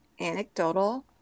anecdotal